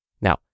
Now